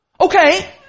Okay